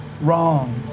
wrong